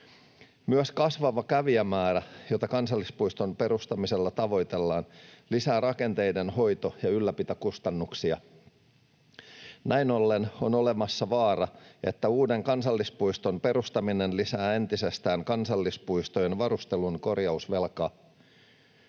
Myös kasvava kävijämäärä, jota kansallispuiston perustamisella tavoitellaan, lisää rakenteiden hoito- ja ylläpitokustannuksia. Näin ollen on olemassa vaara, että uuden kansallispuiston perustaminen lisää entisestään kansallispuistojen varustelun korjausvelkaa.